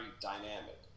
dynamic